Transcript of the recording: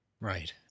right